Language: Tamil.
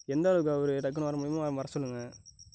எந்தளவுக்கு அவர் டக்குனு வர முடியுமோ வர சொல்லுங்க